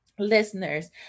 Listeners